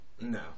No